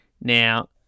Now